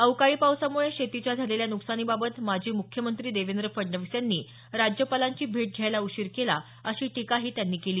अवकाळी पावसामुळे शेतीच्या झालेल्या नुकसानीबाबत माजी मुख्यमंत्री देवेंद्र फडणवीस यांनी राज्यपालांची भेट घ्यायला उशीर केला अशी टीकाही त्यांनी केली